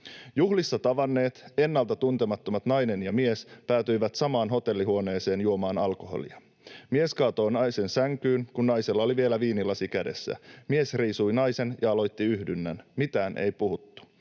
Juhlissa tavanneet, ennalta toisilleen tuntemattomat nainen ja mies päätyivät samaan hotellihuoneeseen juomaan alkoholia. Mies kaatoi naisen sänkyyn, kun naisella oli vielä viinilasi kädessä. Mies riisui naisen ja aloitti yhdynnän. Mitään ei puhuttu.